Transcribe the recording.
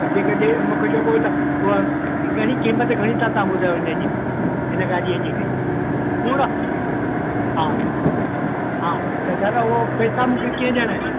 जेके ॾे मूंखे जेको तव्हां उहा घणी कीमत घणी त तव्हां ॿुधायो हिन जी हिन गाॾीअ जी पूरा हा हा त दादा उहो पेसा मूंखे कीअं ॾियणा आहिनि